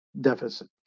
deficit